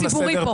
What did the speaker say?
הציבורי פה.